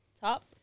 top